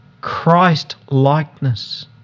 Christ-likeness